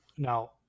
Now